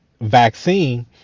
vaccine